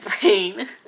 brain